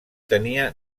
tenia